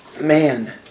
Man